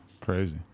Crazy